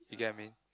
you get what I mean